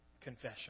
confession